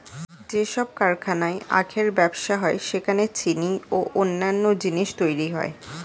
যেসব কারখানায় আখের ব্যবসা হয় সেখানে চিনি ও অন্যান্য জিনিস তৈরি হয়